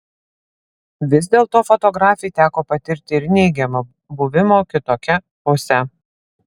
vis dėlto fotografei teko patirti ir neigiamą buvimo kitokia pusę